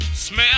Smell